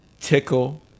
tickle